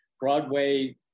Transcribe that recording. Broadway